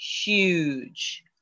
huge